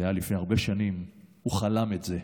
זה היה לפני הרבה שנים, הוא חלם את זה.